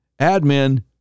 admin